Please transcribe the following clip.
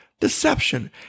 deception